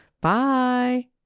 bye